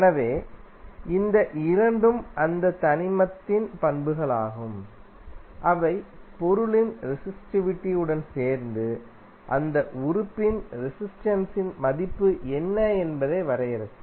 எனவே இந்த இரண்டும் அந்த தனிமத்தின் பண்புகளாகும் அவை பொருளின் ரெஸிஸ்டிவிட்டி உடன் சேர்ந்து அந்த உறுப்பின் ரெசிஸ்டென்ஸின் மதிப்பு என்ன என்பதை வரையறுக்கும்